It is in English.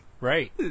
Right